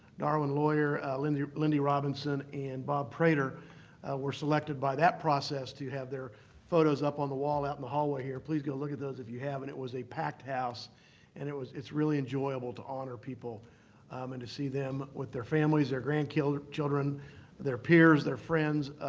darwin lawyer, lindy lindy robinson, and bob prater were selected by that process to have their photos up on the wall out in the hallway here. please go look at those if you haven't. it was a packed house and it was it's really enjoyable to honor people and to see them with their families, their grandchildren, their peers, their friends,